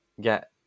get